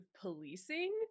policing